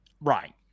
Right